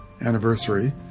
anniversary